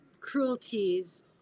cruelties